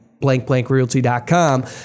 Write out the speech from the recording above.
blankblankrealty.com